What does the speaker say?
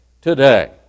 today